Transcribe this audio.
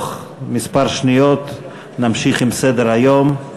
בתוך כמה שניות נמשיך בסדר-היום.